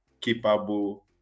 capable